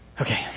Okay